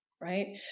right